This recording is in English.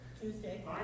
Tuesday